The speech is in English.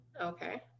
Okay